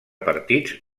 partits